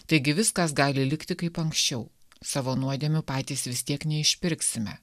taigi viskas gali likti kaip anksčiau savo nuodėmių patys vis tiek neišpirksime